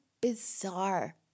bizarre